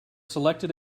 selected